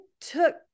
took